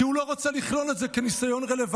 כי הוא לא רוצה לכלול את זה כניסיון רלוונטי.